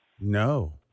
No